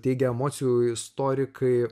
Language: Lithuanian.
teigia emocijų istorikai